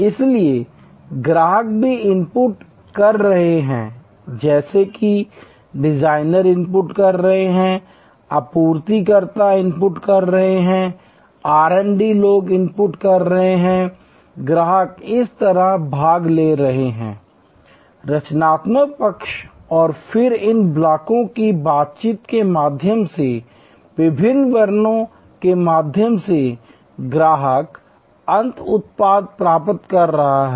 इसलिए ग्राहक भी इनपुट कर रहे हैं जैसे कि डिजाइनर इनपुट कर रहे हैं आपूर्तिकर्ता इनपुट कर रहे हैं R D लोग इनपुट कर रहे हैं ग्राहक इस तरफ भाग ले रहे हैं रचनात्मक पक्ष और फिर इन ब्लॉकों की बातचीत के माध्यम से विभिन्न चरणों के माध्यम से ग्राहक अंत उत्पाद प्राप्त कर रहा है